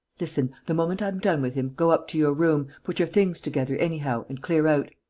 listen. the moment i'm done with him, go up to your room, put your things together anyhow and clear out.